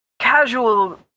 Casual